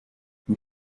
man